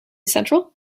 central